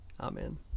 Amen